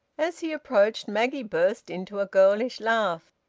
as he approached, maggie burst into a girlish laugh.